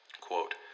Quote